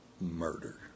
murder